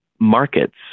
markets